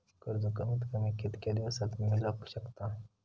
कर्ज कमीत कमी कितक्या दिवसात मेलक शकता?